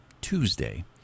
Tuesday